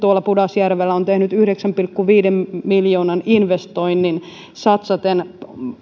utajärvellä on tehnyt yhdeksän pilkku viiden miljoonan investoinnin satsaten